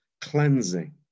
cleansing